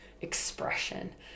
expression